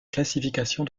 classification